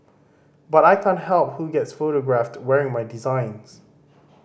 but I can't help who gets photographed wearing my designs